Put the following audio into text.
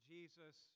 Jesus